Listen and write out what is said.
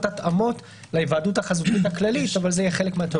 התאמות להיוועדות החזותית הכללית אבל זה יהיה חלק- -- שאלה: